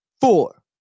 four